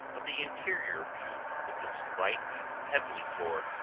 of the interior view with its white, pebbly floor,